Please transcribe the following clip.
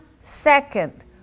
second